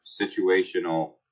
situational